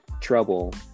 Trouble